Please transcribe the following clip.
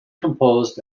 composed